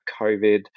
COVID